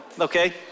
Okay